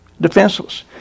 Defenseless